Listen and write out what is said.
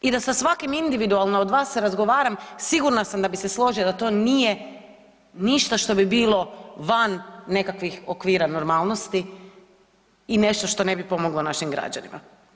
I da sa svakim individualno od vas razgovaram sigurna sam da bi se složili da to nije ništa što bi bilo van nekakvih okvira normalnosti i nešto što ne bi pomoglo našim građanima.